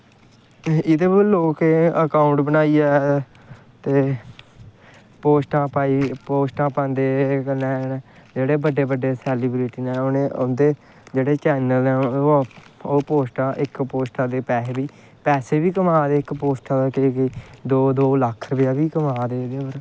एह्दे पर लोग अकाउंट बनाइयै ते पोस्टां पांदे कन्नै हून जेह्ड़े बड्डे बड्डे सैलिब्रिटी न उं'दे जेह्ड़े चैन्नल न ओह् इक पोस्टा दे पैसे बी कमा दे इक पोस्टा दे केईं केईं दो दो लक्ख रपेआ बी कमा दे एह्दे परा दा